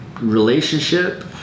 relationship